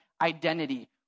identity